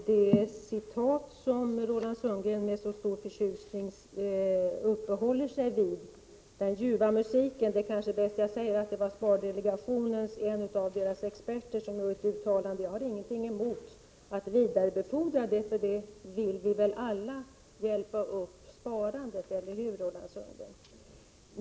Herr talman! Roland Sundgren uppehåller sig med stor förtjusning vid citatet om den ljuva musiken. Det är kanske bäst att jag säger att det var en av spardelegationens experter som gjorde uttalandet. Jag har ingenting emot att vidarebefordra det, för vi vill väl alla hjälpa upp sparandet — eller hur, Roland Sundgren?